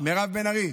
מירב בן ארי,